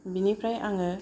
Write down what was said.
बिनिफ्राय आङो